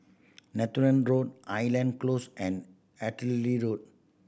Netheravon Road island Close and Artillery Road